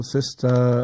Sister